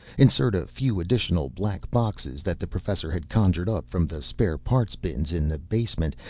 insert a few additional black boxes that the professor had conjured up from the spare parts bins in the basement,